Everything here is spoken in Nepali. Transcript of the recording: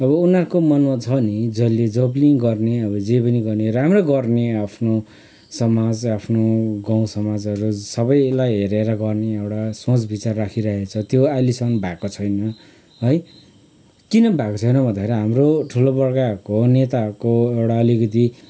अब उनीहरूको मनमा छ नि जसले गर्ने अब जे पनि गर्ने राम्रै गर्ने आफ्नो समाज आफ्नो गाउँ समाजहरू सबैलाई हेरेर गर्ने एउटा सोच विचार राखिराखेको छ त्यो अहिलेसम्म भएको छैन है किन भएको छैन भन्दाखेरी हाम्रो ठुला बडाहरको नेताहरको एउटा अलिकति